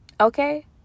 Okay